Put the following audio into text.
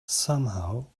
somehow